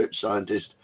scientist